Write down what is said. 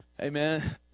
Amen